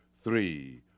three